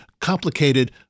complicated